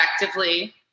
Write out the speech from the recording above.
effectively